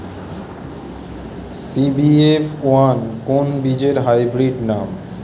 CBF one কোন বীজের hybrid নাম?